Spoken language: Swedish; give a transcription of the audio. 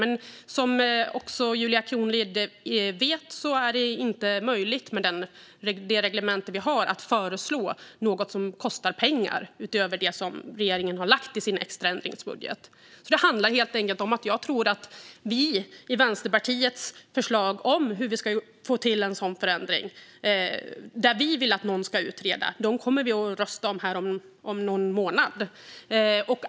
Men som också Julia Kronlid vet är det inte möjligt med det reglemente vi har att föreslå något som kostar mer än det som regeringen har i sin extra ändringsbudget. Det handlar helt enkelt om att jag tror att vi kommer att rösta om Vänsterpartiets förslag om hur vi ska få till en sådan förändring - vi vill att någon ska utreda - om någon månad.